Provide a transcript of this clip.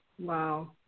Wow